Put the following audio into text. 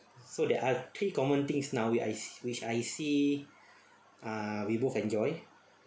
so there are three common things now which I which I see ah we both enjoy